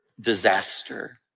disaster